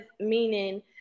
meaning